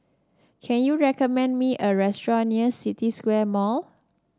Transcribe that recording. can you recommend me a restaurant near City Square Mall